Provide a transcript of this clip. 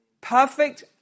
perfect